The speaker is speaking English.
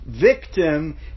victim